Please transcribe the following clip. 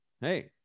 Hey